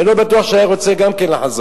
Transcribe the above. אני לא בטוח שהיה רוצה לחזור.